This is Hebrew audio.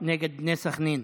נגד בני סח'נין.